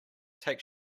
take